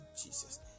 Jesus